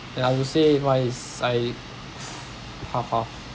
ya I would say why is I